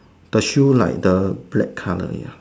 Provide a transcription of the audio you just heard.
the shoe like the black colour